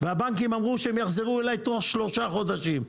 הבנקים אמרו שהם יחזרו אליי תוך שלושה חודשים.